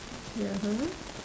ya !huh!